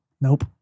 Nope